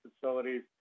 facilities